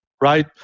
right